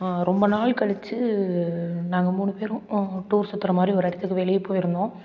ரொம்ப நாள் கழித்து நாங்கள் மூணு பேரும் டூர் சுற்றுற மாதிரி ஒரு இடத்துக்கு வெளியே போயிருந்தோம்